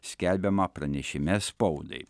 skelbiama pranešime spaudai